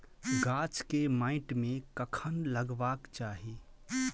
गाछ केँ माइट मे कखन लगबाक चाहि?